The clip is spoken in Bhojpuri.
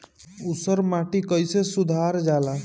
ऊसर माटी कईसे सुधार जाला?